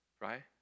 right